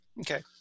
Okay